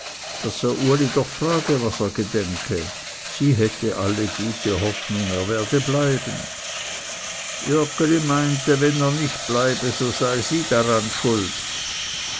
daß er uli doch frage was er gedenke sie hätte alle gute hoffnung er werde bleiben joggeli meinte wenn er nicht bleibe so sei sie daran schuld